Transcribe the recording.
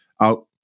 out